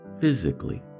physically